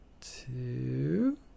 two